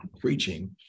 preaching